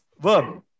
verb